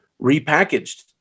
repackaged